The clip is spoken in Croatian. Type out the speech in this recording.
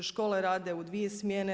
Škole rade u dvije smjene.